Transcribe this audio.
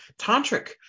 tantric